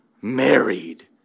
married